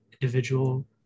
individual